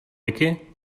wiki